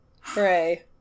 Hooray